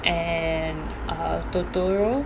and err totoro